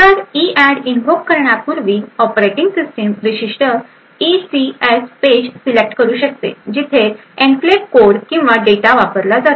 तर EADD invoke करण्यापूर्वी operating system विशिष्ट ईसीएस पेज सिलेक्ट करू शकते जिथे एन्क्लेव कोड किंवा डेटा वापरला जातो